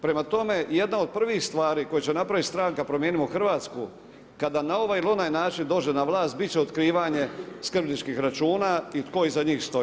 Prema tome, jedna od prvih stvari koju će napraviti stranka Promijenimo Hrvatsku kada na ovaj ili na onaj način dođe na vlast bit će otkrivanje skrbničkih računa i tko iza njih stoji.